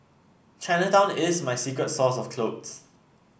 Chinatown is my secret source of clothes